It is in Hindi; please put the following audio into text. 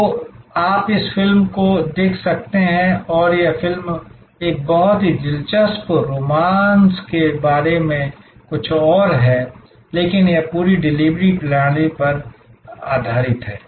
तो आप उस फिल्म को भी देख सकते हैं और यह फिल्म एक बहुत ही दिलचस्प रोमांस के बारे में कुछ और है लेकिन यह पूरी डिलीवरी प्रणाली पर आधारित है